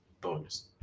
bonus